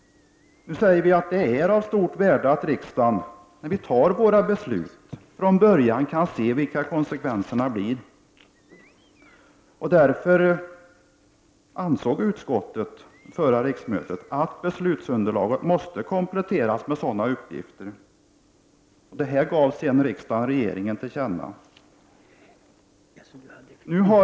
Nu sägs det från utskottet att det är av stort värde att riksdagen vid beslutsfattandet från början kan se konsekvenserna av sina beslut. Därför ansåg utskottet vid förra riksmötet att beslutsunderlaget måste kompletteras med sådana uppgifter. Detta gav sedan riksdagen regeringen till känna.